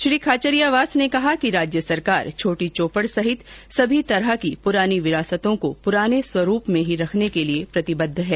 श्री खाचरियावास ने कहा कि राज्य सरकार छोटी चौपड़ सहित सभी तरह की पुरानी विरासतों को पुराने ही स्वरूप में ही रखने को प्रतिबद्ध है